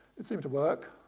it seemed to work,